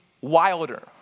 wilder